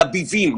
לביבים,